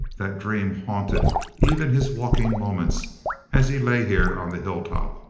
that dream haunted even his walking moments as he lay here on the hilltop,